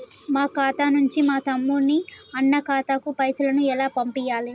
మా ఖాతా నుంచి మా తమ్ముని, అన్న ఖాతాకు పైసలను ఎలా పంపియ్యాలి?